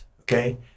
okay